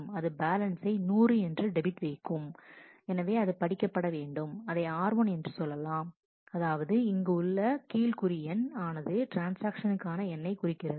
அது பேலன்சை நூறு என்று டெபிட் வைக்கும் எனவே அது படிக்கப்பட வேண்டும் அதை r1 என்று சொல்லலாம் அதாவது இங்கு உள்ள கீழ் குறிஎண் ஆனது ட்ரான்ஸ்ஆக்ஷன்கான எண்ணை குறிக்கிறது